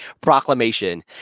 proclamation